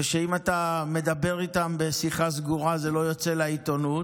ואם אתה מדבר איתם בשיחה סגורה זה לא יוצא לעיתונות,